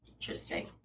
Interesting